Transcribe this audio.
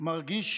מרגיש